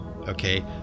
okay